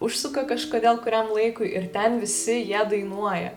užsuka kažkodėl kuriam laikui ir ten visi jie dainuoja